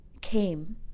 came